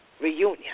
Reunion